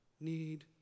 need